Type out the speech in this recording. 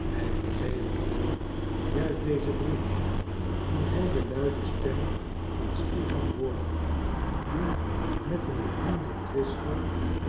hij verzegelde juist dezen brief toen hij de luide stem van stipan hoorde die met een bediende twistte